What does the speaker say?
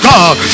God